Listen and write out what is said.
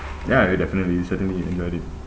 ya I definitely certainly enjoyed it